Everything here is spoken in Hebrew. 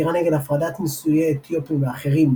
עתירה נגד הפרדת נישואי אתיופים מאחרים,